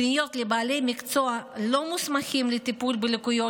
פניות לבעלי מקצוע לא מוסמכים לטיפול בלקויות